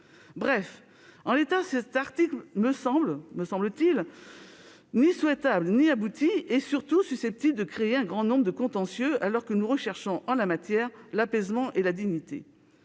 Bref, en l'état, cet article ne me semble ni souhaitable ni abouti. Il est surtout susceptible de créer un grand nombre de contentieux, alors que nous recherchons en la matière l'apaisement et la dignité.